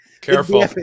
careful